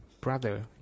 brother